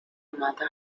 mother